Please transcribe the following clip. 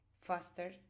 faster